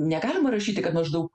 negalima rašyti kad maždaug